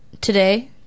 today